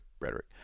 rhetoric